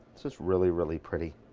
it's just really, really pretty,